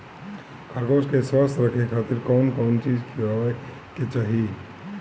खरगोश के स्वस्थ रखे खातिर कउन कउन चिज खिआवे के चाही?